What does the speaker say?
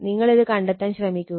നിങ്ങളിത് കണ്ടെത്താൻ ശ്രമിക്കുക